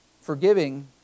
forgiving